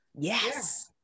Yes